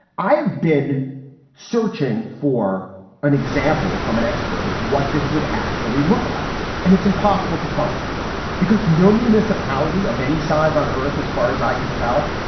i have been searching for an example from an expert of what this would actually actually look like. and it's impossible to find because no municipality of any size on earth, as far as i can tell,